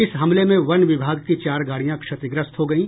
इस हमले में वन विभाग की चार गाड़ियां क्षतिग्रस्त हो गयी